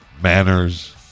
manners